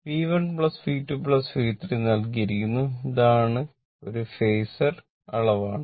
V1 V2 V3 നൽകിയിരിക്കുന്നു ഇത് ഒരു ഫേസർ അളവാണ്